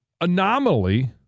anomaly